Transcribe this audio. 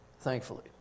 thankfully